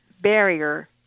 barrier